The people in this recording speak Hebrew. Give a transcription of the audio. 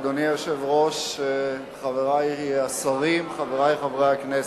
אדוני היושב-ראש, חברי השרים, חברי חברי הכנסת,